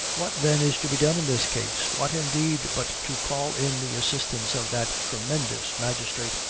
what then is to be done in this case? what, indeed, but to call in the assistance of that tremendous magistrate,